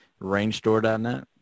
Rangestore.net